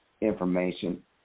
information